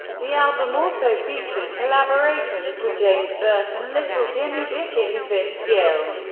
the album also features collaborations with james burton, little jimmy dickens, vince gill,